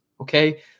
okay